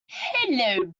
hello